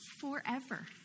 forever